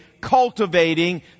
cultivating